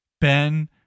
Ben